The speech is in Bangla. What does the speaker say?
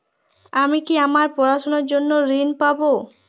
আমি কি আমার পড়াশোনার জন্য ঋণ পাব?